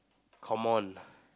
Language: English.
come on